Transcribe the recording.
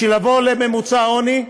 בשביל לעבור לממוצע העוני,